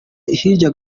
hirya